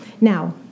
Now